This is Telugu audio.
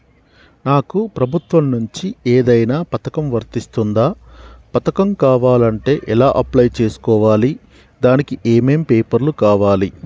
నాకు ప్రభుత్వం నుంచి ఏదైనా పథకం వర్తిస్తుందా? పథకం కావాలంటే ఎలా అప్లై చేసుకోవాలి? దానికి ఏమేం పేపర్లు కావాలి?